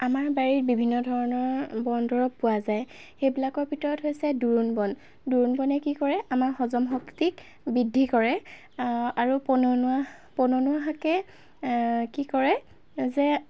আমাৰ বাৰীত বিভিন্ন ধৰণৰ বনদৰৱ পোৱা যায় সেইবিলাকৰ ভিতৰত হৈছে দুৰুণ দুৰুণবনে কি কৰে আমাৰ হজম শক্তিক বৃদ্ধি কৰে আৰু পননুৱা পনুৱা শাকে কি কৰে যে